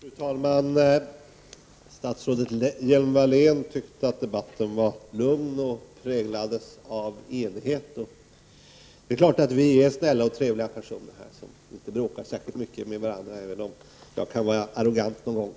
Fru talman! Statsrådet Hjelm-Wallén tyckte att debatten var lugn och präglades av enighet. Det är klart, vi är trevliga och snälla personer som inte bråkar särskilt mycket med varandra, även om jag kanske kan vara arrogant någon gång.